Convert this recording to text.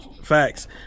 Facts